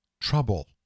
trouble